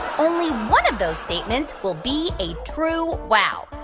only one of those statements will be a true wow.